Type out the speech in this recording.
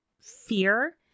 fear